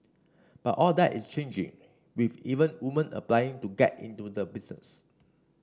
but all that is changing with even women applying to get into the business